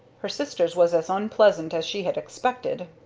her sister's was as unpleasant as she had expected.